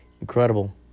Incredible